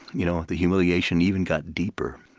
you know the humiliation even got deeper.